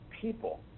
people